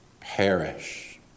perish